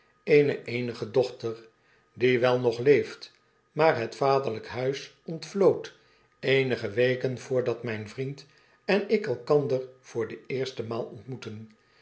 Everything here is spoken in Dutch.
eene eenige dochter die wel nog leeft maar het vaderlyk huis ontvlood eenige weken voordat mijn vriend en ik elkander voor de eerste maal ontmoetten